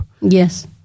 Yes